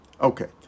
Okay